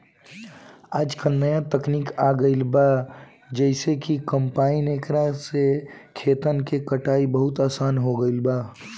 आजकल न्या तकनीक आ गईल बा जेइसे कि कंपाइन एकरा से खेतन के कटाई बहुत आसान हो गईल बा